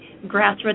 grassroots